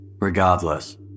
Regardless